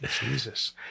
Jesus